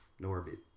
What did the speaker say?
Norbit